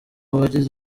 bagize